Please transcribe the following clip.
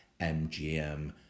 MGM